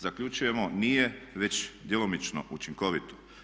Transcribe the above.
Zaključujemo nije već djelomično učinkovito.